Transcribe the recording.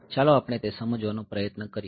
ચાલો આપણે તે સમજવા નો પ્રયત્ન કરીએ